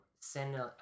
send